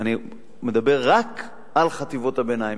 אני מדבר רק על חטיבות הביניים.